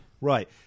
right